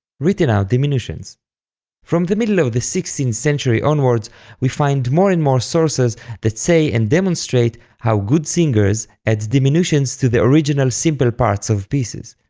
written-out diminutions from the middle of the sixteenth century onwards we find more and more sources that say and demonstrate how good singers add diminutions to the original simple parts of pieces.